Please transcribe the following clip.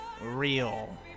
real